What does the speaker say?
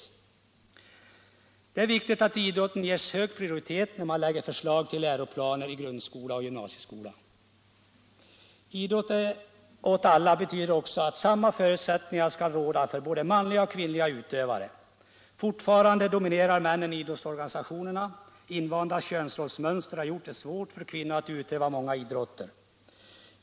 Allmänpolitisk debatt Allmänpolitisk debatt Det är viktigt att idrotten ges hög prioritet när man lägger fram förslag till läroplaner för grundskolan och gymnasieskolan. Idrott åt alla betyder också att samma förutsättningar skall råda för både manliga och kvinnliga utövare. Fortfarande dominerar männen idrottsorganisationerna. Invanda könsrollsmönster har gjort det svårt för kvinnor att utöva många idrotter.